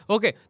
Okay